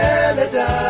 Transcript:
Canada